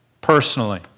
personally